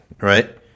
right